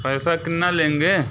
पैसा कितना लेंगे